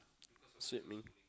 swimming